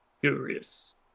Curious